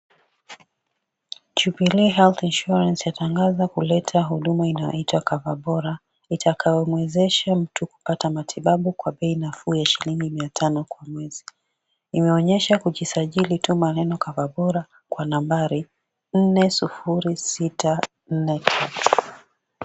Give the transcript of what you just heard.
Jubilee Health Insurance yatangaza kuleta huduma inayoitwa COVERBORA itakayomuezesha mtu kupata matibabu kwa bei nafuu ya shilingi mia tano kwa mwezi. Inaonyesha kujisajili tuma neno COVERBORA kwa nambari 40643.